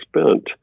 spent